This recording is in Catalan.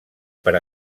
per